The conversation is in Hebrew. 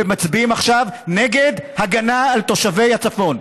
ומצביעים עכשיו נגד הגנה על תושבי הצפון.